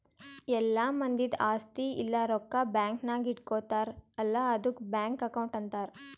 ಎಲ್ಲಾ ಮಂದಿದ್ ಆಸ್ತಿ ಇಲ್ಲ ರೊಕ್ಕಾ ಬ್ಯಾಂಕ್ ನಾಗ್ ಇಟ್ಗೋತಾರ್ ಅಲ್ಲಾ ಆದುಕ್ ಬ್ಯಾಂಕ್ ಅಕೌಂಟ್ ಅಂತಾರ್